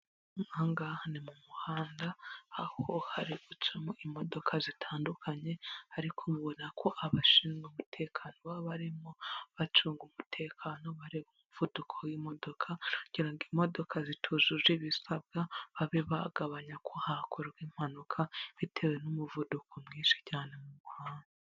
Aha ngaha ni mu muhanda, aho hari gucamo imodoka zitandukanye ariko mubona ko abashinzwe umutekano baba barimo bacunga umutekano bareba umuvuduko w'imodoka kugira ngo imodoka zitujuje ibisabwa babe bagabanya ko hakorwa impanuka bitewe n'umuvuduko mwinshi cyane mu muhanda.